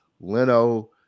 Leno